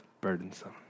burdensome